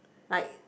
like